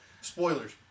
Spoilers